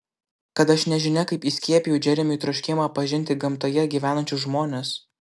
kad aš nežinia kaip įskiepijau džeremiui troškimą pažinti gamtoje gyvenančius žmones